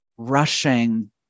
rushing